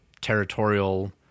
territorial